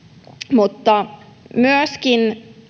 mutta myöskin